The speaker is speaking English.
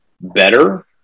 better